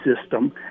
system